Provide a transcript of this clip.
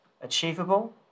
achievable